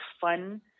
fun